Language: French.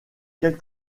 quelle